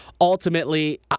ultimately